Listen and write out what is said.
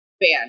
ban